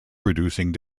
producing